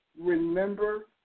remember